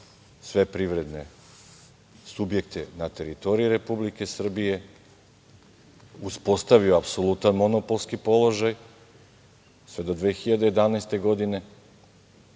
sve privredne subjekte na teritoriji Republike Srbije, uspostavio apsolutni monopolski položaj, sve do 2011. godine.